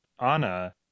Anna